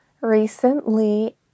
recently